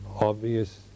obvious